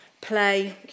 play